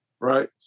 right